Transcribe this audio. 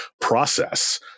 process